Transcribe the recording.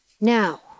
Now